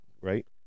Right